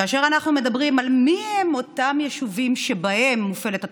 כאשר אנחנו מדברים על מיהם היישובים שבהם מופעלת התוכנית,